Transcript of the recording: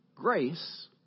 grace